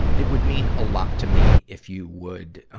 it would mean a lot to me if you would, um,